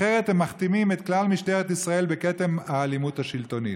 אחרת הם מכתימים את כלל משטרת ישראל בכתם האלימות השלטונית.